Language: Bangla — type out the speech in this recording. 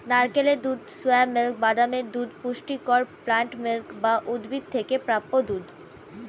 নারকেলের দুধ, সোয়া মিল্ক, বাদামের দুধ পুষ্টিকর প্লান্ট মিল্ক বা উদ্ভিদ থেকে প্রাপ্ত দুধ